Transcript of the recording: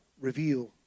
reveal